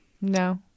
No